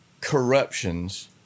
corruptions